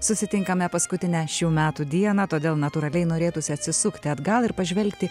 susitinkame paskutinę šių metų dieną todėl natūraliai norėtųsi atsisukti atgal ir pažvelgti